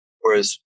Whereas